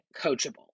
coachable